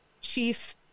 chief